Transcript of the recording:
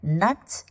nuts